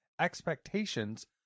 expectations